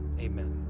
amen